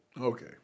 Okay